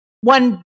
one